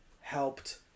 helped